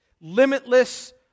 Limitless